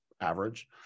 average